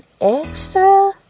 extra